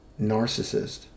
narcissist